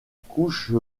couche